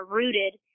rooted